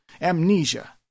Amnesia